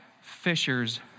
Fishers